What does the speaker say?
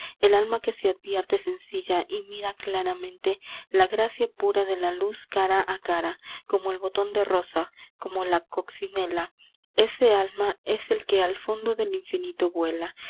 el alma que se advierte sencilla y mira claramente la gracia pura de la luz cara a cara como el botón de rosa como la coccinela esa alma es la que al fondo del infinito vuela